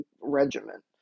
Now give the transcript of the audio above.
regiment